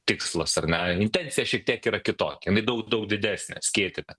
tikslas ar ne intencija šiek tiek yra kitokia jinai daug daug didesnė skėtinė